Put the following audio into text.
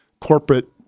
corporate